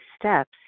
steps